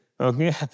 Okay